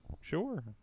Sure